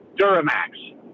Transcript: Duramax